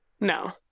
No